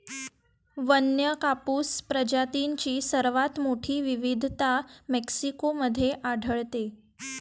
वन्य कापूस प्रजातींची सर्वात मोठी विविधता मेक्सिको मध्ये आढळते